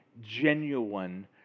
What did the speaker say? genuine